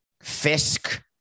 Fisk